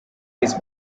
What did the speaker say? his